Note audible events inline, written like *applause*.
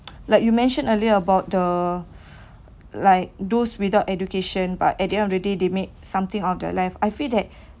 like you mentioned earlier about the *breath* like those without education but at the end of the day they make something out their life I feel that